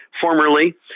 formerly